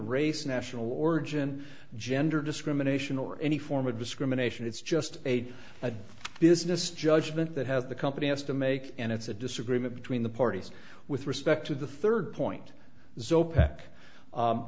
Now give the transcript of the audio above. race national order in gender discrimination or any form of discrimination it's just a business judgment that has the company has to make and it's a disagreement between the parties with respect to the third point zero pack